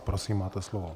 Prosím máte slovo.